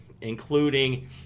including